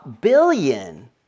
billion